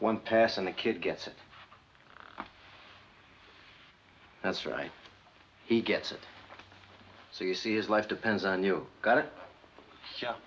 one passing the kid gets it that's right he gets it so you see his life depends on you got it